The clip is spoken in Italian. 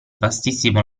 vastissimo